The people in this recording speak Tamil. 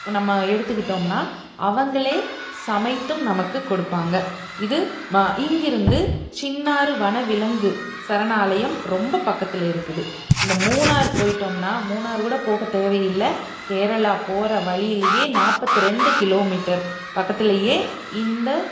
நம்ம எடுத்துகிட்டோம்னா அவங்களே சமைத்தும் நமக்கு கொடுப்பாங்க இது இங்கேருந்து சின்னாறு வன விலங்கு சரணாலயம் ரொம்ப பக்கத்தில் இருக்குது இந்த மூணார் போய்ட்டோம்னா மூணாறு கூட போக தேவையில்லை கேரளா போகிற வழியிலேயே நாற்பத்து ரெண்டு கிலோமீட்டர் பக்கத்துலேயே இந்த